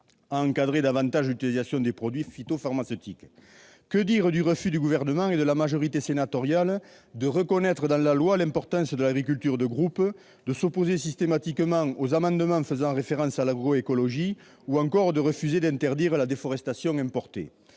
à encadrer davantage l'utilisation des produits phytopharmaceutiques ? Que dire du refus du Gouvernement et de la majorité sénatoriale de reconnaître dans la loi l'importance de l'agriculture de groupe ? Que dire de leur opposition systématique aux amendements ayant pour objet l'agroécologie, ou encore de leur refus d'interdire la déforestation importée ?